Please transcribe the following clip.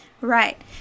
Right